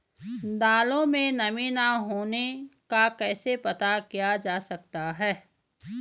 दालों में नमी न होने का कैसे पता किया जा सकता है?